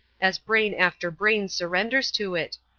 as brain after brain surrenders to it,